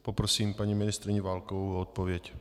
Prosím paní ministryni Válkovou o odpověď.